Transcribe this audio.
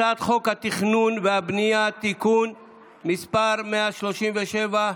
הצעת חוק התכנון והבנייה (תיקון מס' 137)